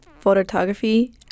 photography